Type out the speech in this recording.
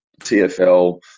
TFL